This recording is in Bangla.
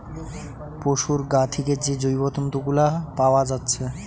পোশুর গা থিকে যে জৈব তন্তু গুলা পাআ যাচ্ছে